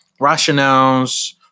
rationales